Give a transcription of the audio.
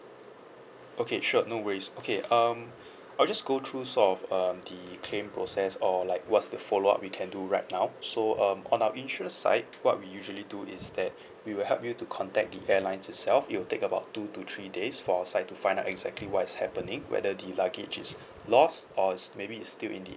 okay sure no worries okay um I'll just go through sort of um the claim process or like what's the follow up we can do right now so um on our insurance side what we usually do is that we will help you to contact the airlines itself it will take about two to three days for our side to find out exactly what is happening whether the luggage is lost or is maybe it's still in the